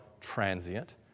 transient